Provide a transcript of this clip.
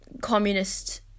communist